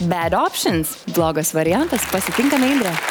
bed opšins blogas variantas pasitinkame indrę